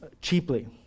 cheaply